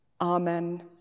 Amen